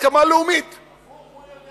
הייצור באמצעות הזמנת מערכות לטנק ה"מרכבה"